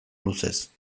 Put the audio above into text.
luzez